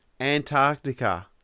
Antarctica